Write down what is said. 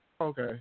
okay